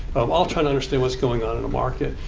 all trying to understand what's going on in a market.